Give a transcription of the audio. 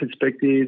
perspective